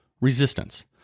resistance